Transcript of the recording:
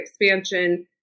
Expansion